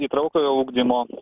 įtraukiojo ugdymo